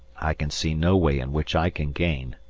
i can see no way in which i can gain.